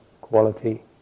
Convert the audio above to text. quality